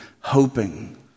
hoping